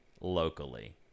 locally